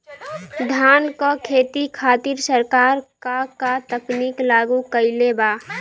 धान क खेती खातिर सरकार का का तकनीक लागू कईले बा?